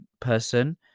person